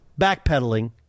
backpedaling